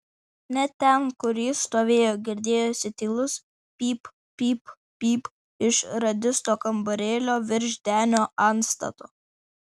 net ten kur jis stovėjo girdėjosi tylus pyp pyp pyp iš radisto kambarėlio virš denio antstato